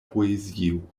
poezio